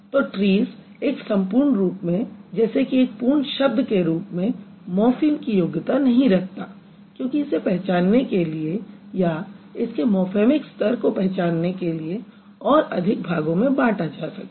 तो ट्रीज़ एक सम्पूर्ण रूप में जैसे कि एक पूर्ण शब्द के रूप में मॉर्फ़िम की योग्यता नहीं रखता क्योंकि इसे पहचानने के लिए या इसके मॉर्फेमिक स्तर को पहचानने के लिए और अधिक भागों में बांटा जा सकता है